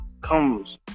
comes